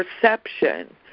perception